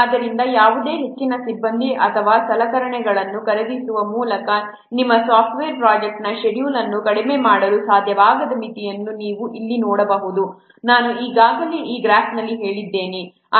ಆದ್ದರಿಂದ ಯಾವುದೇ ಹೆಚ್ಚಿನ ಸಿಬ್ಬಂದಿ ಅಥವಾ ಸಲಕರಣೆಗಳನ್ನು ಖರೀದಿಸುವ ಮೂಲಕ ನಿಮ್ಮ ಸಾಫ್ಟ್ವೇರ್ ಪ್ರೊಜೆಕ್ಟ್ನ ಷೆಡ್ಯೂಲ್ ಅನ್ನು ಕಡಿಮೆ ಮಾಡಲು ಸಾಧ್ಯವಾಗದ ಮಿತಿಯನ್ನು ನೀವು ಇಲ್ಲಿ ನೋಡಬಹುದು ನಾನು ಈಗಾಗಲೇ ಈ ಗ್ರಾಫ್ನಲ್ಲಿ ಹೇಳಿದ್ದೇನೆ